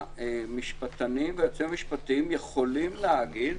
המשפטנים והיועצים המשפטיים יכולים לומר,